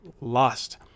lost